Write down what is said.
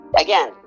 again